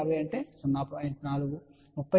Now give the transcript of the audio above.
4 3050 0